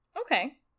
Okay